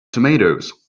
tomatoes